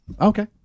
Okay